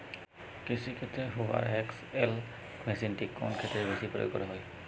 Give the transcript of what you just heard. কৃষিক্ষেত্রে Hoover XL মেশিনটি কোন ক্ষেত্রে বেশি প্রয়োগ করা হয়?